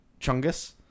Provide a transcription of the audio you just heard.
Chungus